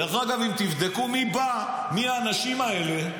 דרך אגב, אם תבדקו מי בא, מי האנשים האלה.